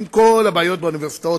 עם כל הבעיות באוניברסיטאות,